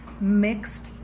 mixed